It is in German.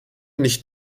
nicht